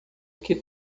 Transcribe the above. que